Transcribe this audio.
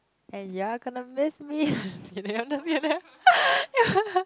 and you're gonna miss me I'm just kidding I'm just kidding